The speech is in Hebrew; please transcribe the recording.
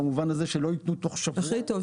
במובן הזה שלא יתנו תוך שבוע --- הכי טוב.